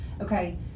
Okay